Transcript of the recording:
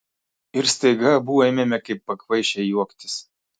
ir staiga abu ėmėme kaip pakvaišę juoktis